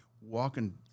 walking